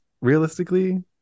realistically